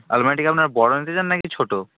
আলমারিটা কি আপনার বড় নিতে চান না কি ছোটো